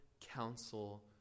counsel